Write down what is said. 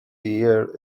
pier